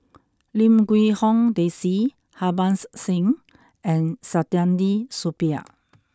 Lim Quee Hong Daisy Harbans Singh and Saktiandi Supaat